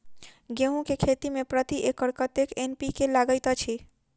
गेंहूँ केँ खेती मे प्रति एकड़ कतेक एन.पी.के लागैत अछि?